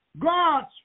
God's